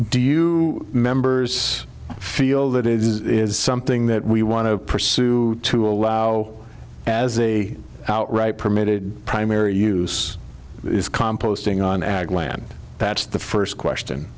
do you members feel that it is something that we want to pursue to allow as a outright permitted primary use composting on ag land that's the first question